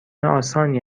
آسانی